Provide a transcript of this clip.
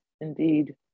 Indeed